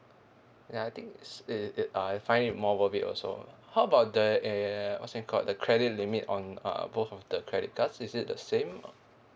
ya I think is it it uh I find it more worth it also how about the uh what's it called the credit limit on uh both of the credit cards is it the same